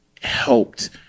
helped